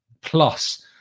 plus